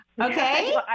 Okay